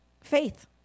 Faith